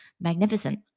magnificent